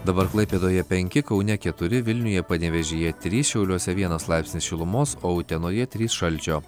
dabar klaipėdoje penki kaune keturi vilniuje panevėžyje trys šiauliuose vienas laipsnis šilumos o utenoje trys šalčio